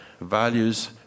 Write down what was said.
values